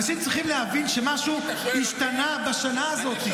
אנשים צריכים להבין שמשהו השתנה בשנה הזאת.